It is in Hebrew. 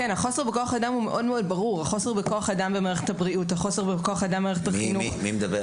החוסר בכוח אדם במערכת הבריאות ובמערכת החינוך הוא מאוד מאוד ברור.